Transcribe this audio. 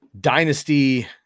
dynasty –